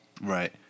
Right